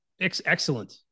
excellent